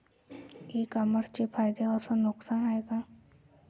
इ कामर्सचे फायदे अस नुकसान का हाये